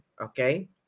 okay